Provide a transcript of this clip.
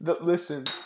listen